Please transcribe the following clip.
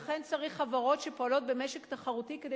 לכן צריך חברות שפועלות במשק תחרותי כדי